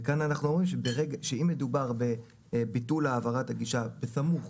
וכאן אנחנו אומרים שאם מדובר בביטול העברת הגישה בסמוך